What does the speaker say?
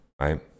right